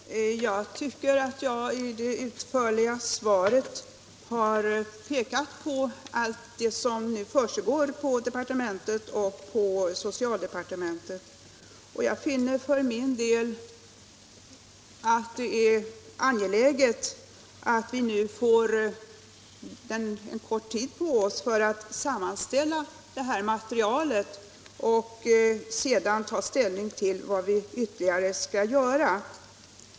Herr talman! Jag tycker att jag i det utförliga svaret har pekat på allt det som nu försiggår inom bostadsdepartementet och inom socialdepartementet. Jag finner för min del att det är angeläget att vi nu får en kort tid på oss för att sammanställa detta material och sedan ta ställning till vad vi ytterligare skall göra.